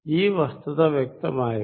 ഈ വസ്തുത വ്യക്തമായോ